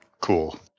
cool